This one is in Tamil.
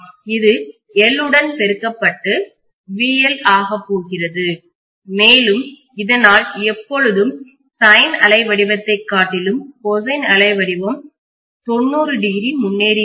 இது L உடன் பெருக்கப்பட்டு VL ஆகப்போகிறது மேலும் இதனால் எப்பொழுதும் சைன் அலை வடிவத்தை காட்டிலும் கோசைன் அலை வடிவம் 90o முன்னேறி இருக்கும்